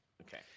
Okay